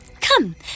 Come